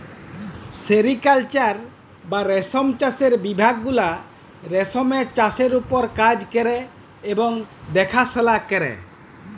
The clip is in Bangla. সেরিকাল্চার বা রেশম চাষের বিভাগ গুলা রেশমের চাষের উপর কাজ ক্যরে এবং দ্যাখাশলা ক্যরে